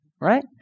Right